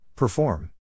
Perform